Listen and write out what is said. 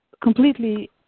completely